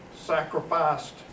sacrificed